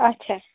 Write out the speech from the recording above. اچھا